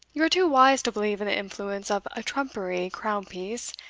you are too wise to believe in the influence of a trumpery crown-piece,